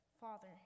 Father